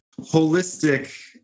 holistic